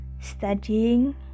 studying